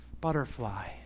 butterfly